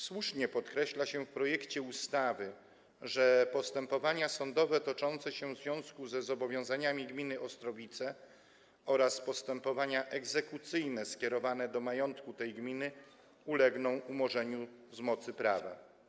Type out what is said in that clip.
Słusznie podkreśla się w projekcie ustawy, że postępowania sądowe toczące się w związku ze zobowiązaniami gminy Ostrowice oraz postępowania egzekucyjne skierowane do majątku tej gminy ulegną umorzeniu z mocy prawa.